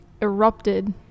erupted